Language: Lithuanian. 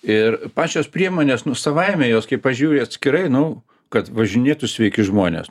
ir pačios priemonės savaime jos kai pažiūri atskirai nu kad važinėtų sveiki žmonės